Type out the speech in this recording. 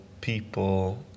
people